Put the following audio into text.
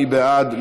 מי בעד?